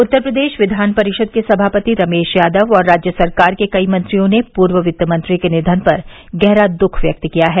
उत्तर प्रदेश विद्यान परिषद के सभापति रमेश यादव और राज्य सरकार के कई मंत्रियों ने पूर्व वित्तमंत्री के निधन पर गहरा दःख व्यक्त किया है